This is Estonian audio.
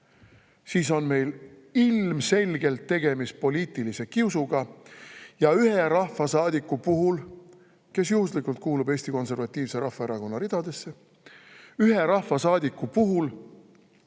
siis on meil ilmselgelt tegemist poliitilise kiusuga ja ühe rahvasaadiku puhul, kes juhuslikult kuulub Eesti Konservatiivse Rahvaerakonna ridadesse, kõikide